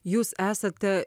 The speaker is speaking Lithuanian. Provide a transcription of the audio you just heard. jūs esate